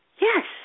Yes